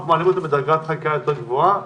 מעלים אותה לדרגת חקיקה יותר גבוהה,